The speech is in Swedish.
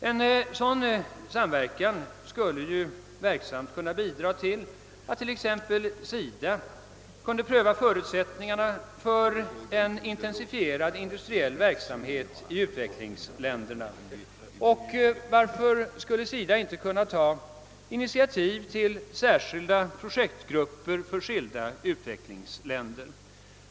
En sådan samverkan skulle verksamt kunna bidra till att exempelvis SIDA kunde pröva förutsättningarna för en intensifierad industriell verksamhet i utvecklingsländerna. Och varför skulle SIDA inte kunna ta initiativ till särskilda projektgrupper för skilda utvecklingsländer?